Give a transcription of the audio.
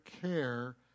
care